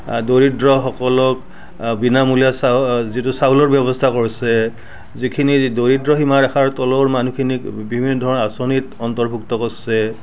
দৰিদ্ৰসকলক আ বিনামূলীয়া চা যিটো চাউলৰ ব্যৱস্থা কৰিছে যিখিনি দৰিদ্ৰ সীমাৰেখাৰ তলৰ মানুহখিনিক বিভিন্ন ধৰণৰ আঁচনিত অন্তৰ্ভুক্ত কৰিছে